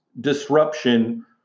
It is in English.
disruption